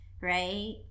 right